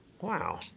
Wow